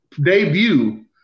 debut